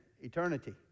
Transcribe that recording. eternity